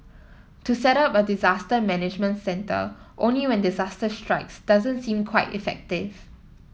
to set up a disaster management centre only when disaster strikes doesn't seem quite effective